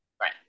right